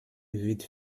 wird